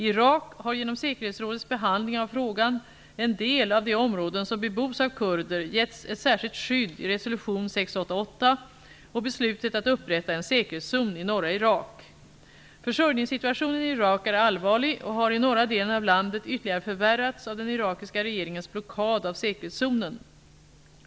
I Irak har genom säkerhetsrådets behandling av frågan en del av de områden som bebos av kurder getts ett särskilt skydd i resolution 688 och beslutet att upprätta en säkerhetszon i norra Irak. Försörjningssituationen i Irak är allvarlig och har i norra delen av landet ytterligare förvärrats av den irakiska regeringens blockad av säkerhetszonen.